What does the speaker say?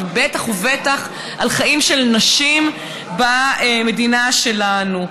ובטח ובטח על חיים של נשים במדינה שלנו.